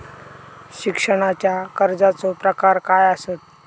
शिक्षणाच्या कर्जाचो प्रकार काय आसत?